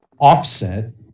offset